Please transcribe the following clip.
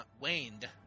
waned